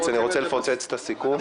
אני רוצה לפוצץ את הסיכום.